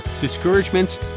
discouragements